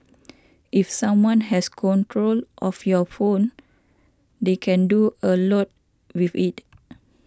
if someone has control of your phone they can do a lot with it